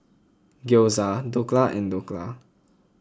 Gyoza Dhokla and Dhokla